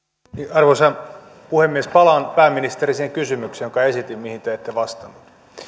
arvoisa puhemies palaan pääministeri siihen kysymykseen jonka esitin mihin te ette vastannut